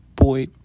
boy